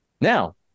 Now